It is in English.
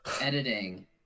editing